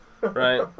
right